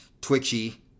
twitchy